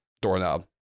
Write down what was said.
doorknob